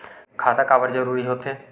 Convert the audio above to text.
खाता काबर जरूरी हो थे?